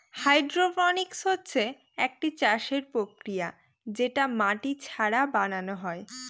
hydroponics হচ্ছে একটি চাষের প্রক্রিয়া যেটা মাটি ছাড়া বানানো হয়